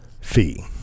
fee